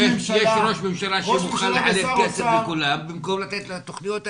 יש ראש ממשלה שמוכן לחלק כסף לכולם במקום לתוכניות האלו.